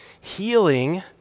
healing